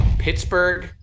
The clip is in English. pittsburgh